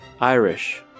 Irish